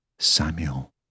Samuel